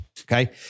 Okay